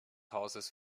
hauses